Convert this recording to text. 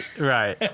Right